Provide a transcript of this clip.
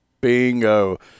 Bingo